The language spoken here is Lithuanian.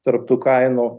tarp tų kainų